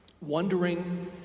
wondering